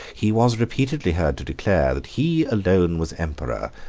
he was repeatedly heard to declare, that he alone was emperor,